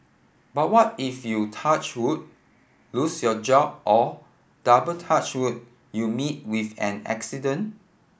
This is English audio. but what if you touch wood lose your job or double touch wood you meet with an accident